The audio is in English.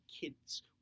kids